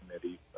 Committee